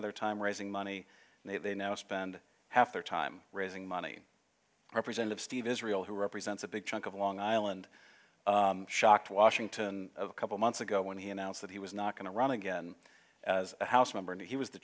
of their time raising money they now spend half their time raising money representative steve israel who represents a big chunk of long island shocked washington a couple months ago when he announced that he was not going to run again as a house member and he was the